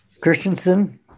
Christensen